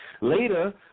Later